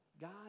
God